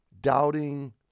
doubting